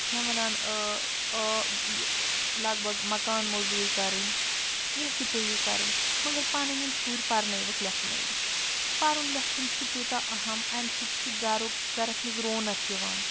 چھِنَہ وَنان یہِ لَگ بَگ مَکان مٔزوٗرۍ کَرٕنۍ کیٚنٛہہ تہِ پیٚیِو کَرٕنۍ مگر پَنٕنۍ یِم شُرۍ پَرنٲیوُکھ لٮ۪کھنٲیوُکھ پَرُن لٮ۪کھُن چھُ تیوٗتاہ اَہم اَمہِ سۭتۍ چھُ گَرُک گَرَس منٛز رونق یِوان